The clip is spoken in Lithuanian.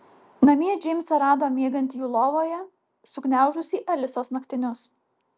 namie džeimsą rado miegantį jų lovoje sugniaužusį alisos naktinius